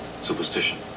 Superstition